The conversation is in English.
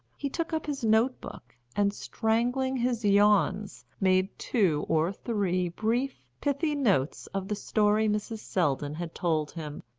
he took up his notebook and, strangling his yawns, made two or three brief, pithy notes of the story mrs. selldon had told him,